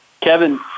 Kevin